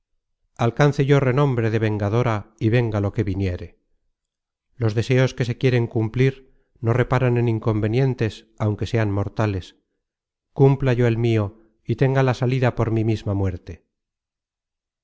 alcance yo renombre de vengadora y venga lo que viniere los deseos que se quieren cumplir no reparan en inconvenientes aunque sean mortales cumpla yo el mio y tenga la salida por mi misma muerte